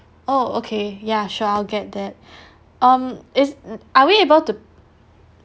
oh okay yeah sure I'll get that um is are we able to